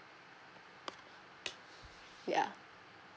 ya